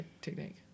technique